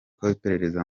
iperereza